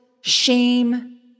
shame